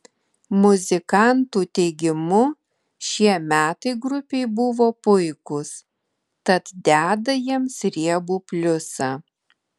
muzikantų teigimu šie metai grupei buvo puikūs tad deda jiems riebų pliusą